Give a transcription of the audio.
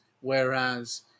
Whereas